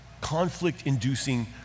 conflict-inducing